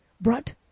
brought